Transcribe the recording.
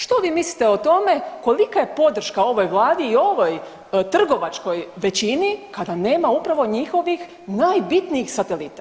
Što vi mislite o tome kolika je podrška ovoj vladi i ovoj trgovačkoj većini kada nema upravo njihovih najbitnijih satelita?